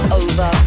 over